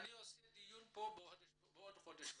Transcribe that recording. דיון בנושא הזה בעוד חודש וחצי.